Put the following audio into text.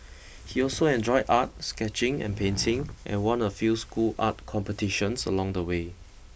he also enjoyed art sketching and painting and won a few school art competitions along the way